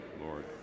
Lord